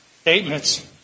statements